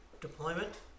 deployment